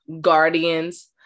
guardians